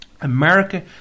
America